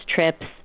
trips